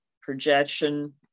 projection